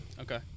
Okay